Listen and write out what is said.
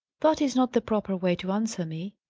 that is not the proper way to answer me,